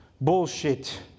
bullshit